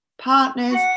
partners